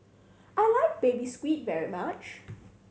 I like Baby Squid very much